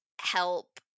help